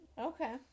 Okay